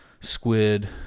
squid